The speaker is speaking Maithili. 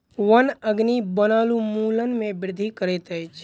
वन अग्नि वनोन्मूलन में वृद्धि करैत अछि